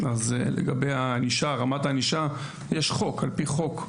לגבי רמת הענישה, יש חוק, על-פי חוק.